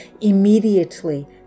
immediately